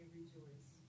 rejoice